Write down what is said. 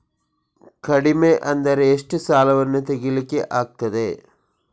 ಕಡಿಮೆ ಅಂದರೆ ಎಷ್ಟು ಸಾಲವನ್ನು ತೆಗಿಲಿಕ್ಕೆ ಆಗ್ತದೆ?